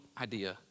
idea